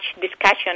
discussion